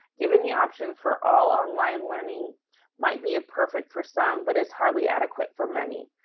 giving the option for all online learning might be a perfect for some but is hardly adequate for many.